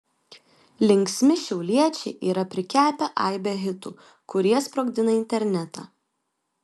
linksmi šiauliečiai yra prikepę aibę hitų kurie sprogdina internetą